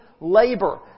labor